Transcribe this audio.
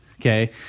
okay